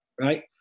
right